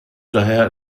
daher